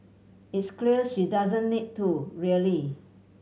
it's clear she doesn't need to really